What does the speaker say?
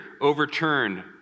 overturned